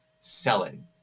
selling